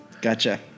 Gotcha